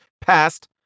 passed